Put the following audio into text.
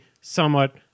somewhat